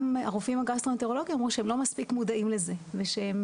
הרופאים הגסטרולוגיה אמרו שהם לא מספיק מודעים לזה ושהם